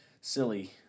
silly